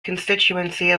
constituency